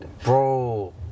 Bro